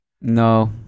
No